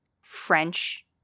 French